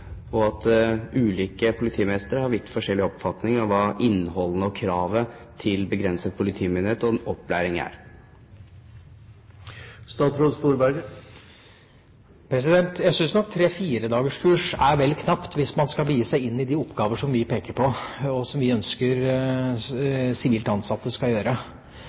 han at ulike politimestre har vidt forskjellig oppfatning av hva innholdet i og kravet til begrenset politimyndighet og opplæring er? Jeg synes nok tre–fire dagers kurs er vel knapt hvis man skal begi seg inn i de oppgaver som vi peker på, og som vi ønsker sivilt ansatte skal gjøre.